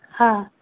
ꯍꯥ